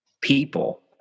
people